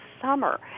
summer